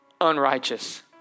unrighteous